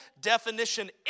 definition